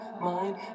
mind